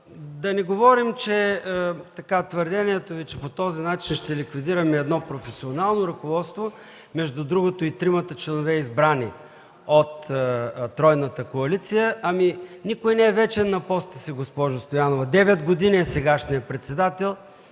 Да не говорим за твърдението Ви, че по този начин ще ликвидираме едно професионално ръководство. Между другото, и тримата членове, избрани от тройната коалиция – ами, никой не е вечен на поста си, госпожо Стоянова, сегашният председател